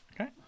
Okay